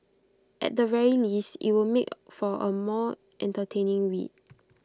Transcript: at the very least IT would make for A more entertaining read